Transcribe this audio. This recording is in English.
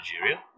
Nigeria